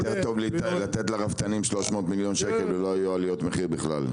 עדיף לתת לרפתנים כ-300 מיליון שקלים ולא היו עליות מחירים בכלל.